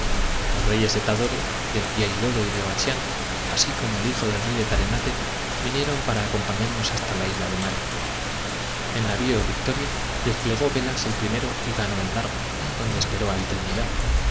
los reyes de tadore de giailolo y de bachián así como el hijo del rey de tarenate vinieron para acompañarnos hasta la isla de mare el navio victoria desplegó velas el primero y ganó el largo donde esperó al trinidad